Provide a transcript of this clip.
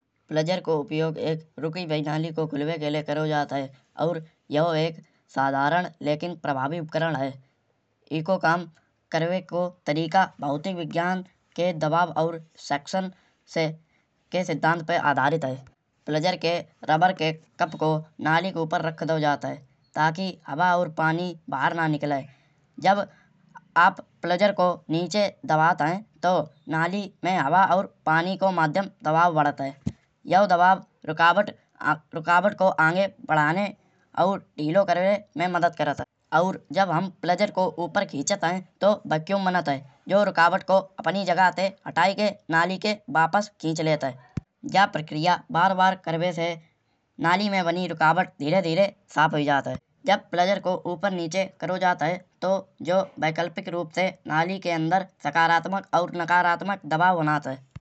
प्लेजर को उपयोग एक रुकी भई धानी को खुलिबे के लाए करो जात है। और येह एक साधारण लेकिन प्रभावी उपकरण है। ईको काम करीबे को तरीका भौतिक विज्ञान के दबाव और सेक्शन से के सिद्धांत पे आधारित है। प्लेजर के रबड़ के कप को नाली के ऊपर रख दऊ जात है। ताकि हवा और पानी बाहर ना निकले। जब आप प्लेजर को नीचे दबात है। तो नाली में हवा और पानी को माध्यम दबाव बढ़त है। यो दबाव रुकावट को आगे बढ़ाने और ढीला करीवे में मदद करत है। और जब हम प्लेजर को ऊपर खीचत है। तो वैक्यूम बनत है। जो रुकावट को अपनी जगह ते हटाई के नाली के वापस खीच लेत है। या प्रक्रिया बार बार करीबे से नाली में बानी रुकावट धीरे धीरे साफ हुई जात है। जब प्लेजर को ऊपर नीचे कराओ जात है तो यो वैकल्पिक रूप से नाली के अंदर सकारात्मक और नकारात्मक दबाव बनात है।